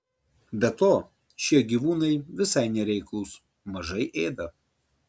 be to šie gyvūnai visai nereiklūs mažai ėda